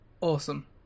Awesome